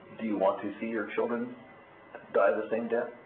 do you want to see your children die the same death,